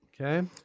Okay